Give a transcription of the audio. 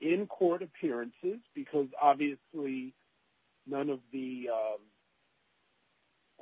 in court appearances because obviously none of the